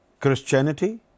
Christianity